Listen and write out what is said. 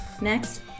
Next